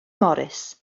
morris